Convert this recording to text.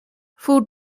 food